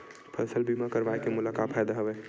फसल बीमा करवाय के मोला का फ़ायदा हवय?